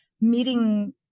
meeting